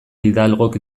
hidalgok